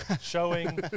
showing